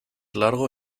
largo